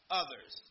others